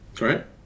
right